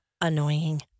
annoying